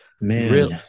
Man